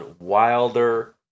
Wilder